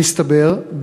מסתבר,